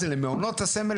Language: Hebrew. למעונות הסמל,